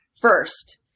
first